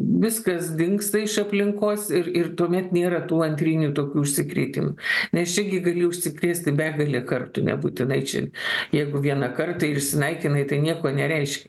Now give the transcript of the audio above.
viskas dingsta iš aplinkos ir ir tuomet nėra tų antrinių tokių užsikrėtimų nes čia gi gali užsikrėsti begalę kartų nebūtinai čia jeigu vieną kartą ir išsinaikinai tai nieko nereiškia